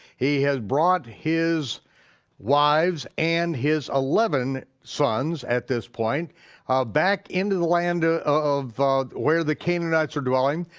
he has brought his wives and his eleven sons at this point back into the land ah of where the canaanites are dwelling,